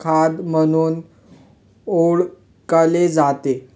खाद्य म्हणून ओळखले जाते